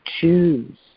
choose